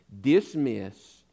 dismiss